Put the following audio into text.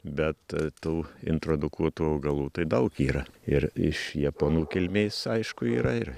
bet tų introdukuotų augalų tai daug yra ir iš japonų kilmės aišku yra ir